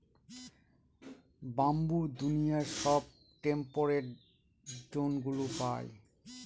bamboo দুনিয়ার সব temperate জোনগুলা পায়